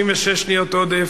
36 שניות עודף,